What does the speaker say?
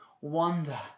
wonder